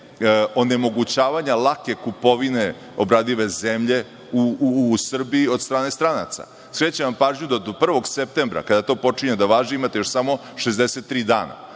onemogućavanja lake kupovine obradive zemlje u Srbiji od strane stranaca. Skrećem vam pažnju da do 1. septembra, kada to počinje da važi, imate još samo 63 dana.